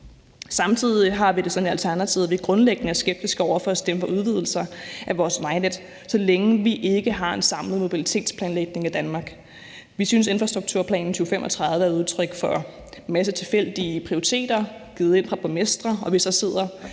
Samtidig har vi det sådan i Alternativet, at vi grundlæggende er skeptiske over for at stemme for udvidelser af vores vejnet, så længe vi ikke har en samlet mobilitetsplanlægning i Danmark. Vi synes, at aftalen om infrastrukturplan 2035 er udtryk for en masse tilfældige prioriteter meldt ind fra borgmestre, og så sidder